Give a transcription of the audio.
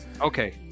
Okay